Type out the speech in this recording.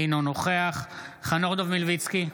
אינו נוכח חנוך דב מלביצקי,